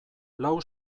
lau